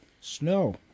Snow